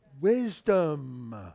wisdom